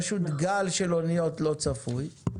פשוט גל של אוניות לא צפוי,